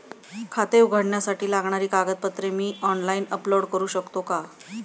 खाते उघडण्यासाठी लागणारी कागदपत्रे मी ऑनलाइन अपलोड करू शकतो का?